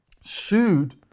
sued